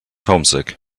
homesick